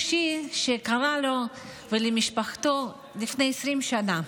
סיפור אישי שקרה לו ולמשפחתו לפני 20 שנה,